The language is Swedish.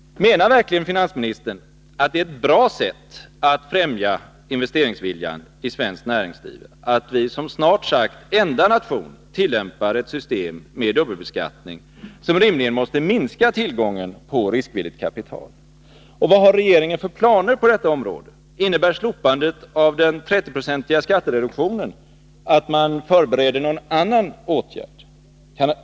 Menar verkligen finansministern att det är ett bra sätt att främja investeringsviljan i svenskt näringsliv, att vi som snart sagt enda nation tillämpar ett system med dubbelbeskattning som rimligen måste minska tillgången på riskvilligt kapital? Och vad har regeringen för planer på detta område? Innebär slopandet av den 30-procentiga skattereduktionen att man förbereder någon annan åtgärd?